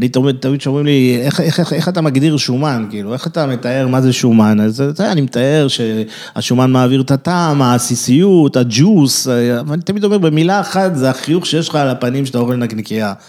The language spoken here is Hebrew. תמיד שאומרים לי, איך אתה מגדיר שומן, כאילו, איך אתה מתאר מה זה שומן? אז אני מתאר שהשומן מעביר את הטעם, העסיסיות, הג'וס, ואני תמיד אומר, במילה אחת זה החיוך שיש לך על הפנים שאתה אוכל נקניקיה.